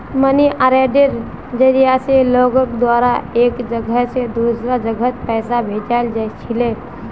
money आर्डरेर जरिया स लोगेर द्वारा एक जगह स दूसरा जगहत पैसा भेजाल जा छिले